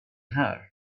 här